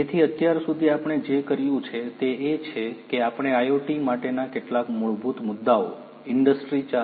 તેથી અત્યાર સુધી આપણે જે કર્યું છે તે એ છે કે આપણે IoT માટે ના કેટલાક મૂળભૂત મુદ્દાઓ ઇન્ડસ્ટ્રી 4